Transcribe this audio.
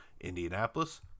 Indianapolis